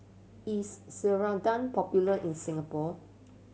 is Ceradan popular in Singapore